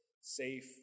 safe